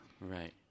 Right